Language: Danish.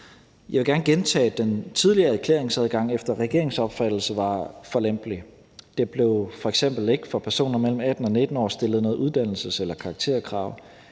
Jeg vil gerne gentage, at den tidligere erklæringsadgang efter regeringens opfattelse var for lempelig. Der blev f.eks. ikke for personer mellem 18 og 19 år stillet noget uddannelses- eller karakterkrav.